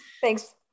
Thanks